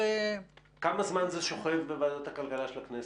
כמה זמן זה שוכב בוועדת הכלכלה של הכנסת?